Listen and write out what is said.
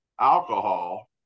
alcohol